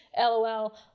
LOL